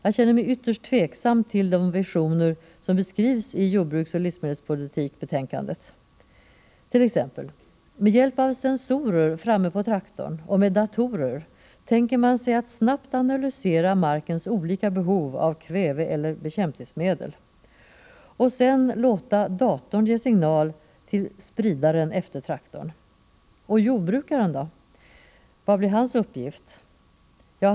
Jag känner mig ytterst tveksam till de visioner som beskrivs i jordbruksoch livsmedelspolitikbetänkandet, t.ex. följande: Med hjälp av sensorer framme på traktorn och med datorer tänker man sig att snabbt analysera markens olika behov av kväve eller bekämpningsmedel och sedan låta datorn ge signal till spridaren efter traktorn. Och jordbrukaren då? Vad blir hans uppgift?